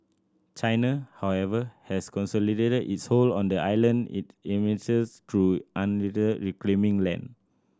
China however has consolidated its hold on the island it administers through unilaterally reclaiming land